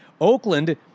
Oakland